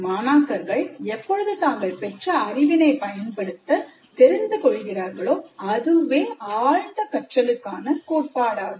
மாணாக்கர்கள் எப்பொழுது தாங்கள் பெற்ற அறிவினை பயன்படுத்த தெரிந்து கொள்கிறார்களோ அதுவே ஆழ்ந்த கற்றலுக்கான கோட்பாடாகும்